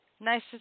Nice